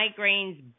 Migraines